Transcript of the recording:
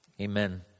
Amen